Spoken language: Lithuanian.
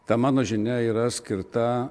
ta mano žinia yra skirta